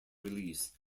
release